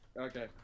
Okay